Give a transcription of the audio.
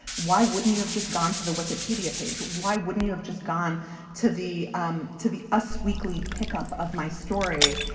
why wouldn't you have just gone to the wikipedia page? why wouldn't you have just gone to the um to the us weekly pick up of my story?